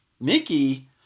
Mickey